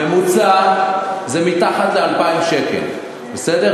הממוצע זה מתחת ל-2,000 שקל, בסדר?